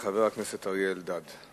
חבר הכנסת אריה אלדד,